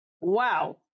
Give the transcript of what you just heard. Wow